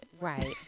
Right